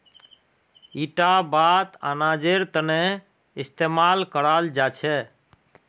इटा बात अनाजेर तने इस्तेमाल कराल जा छे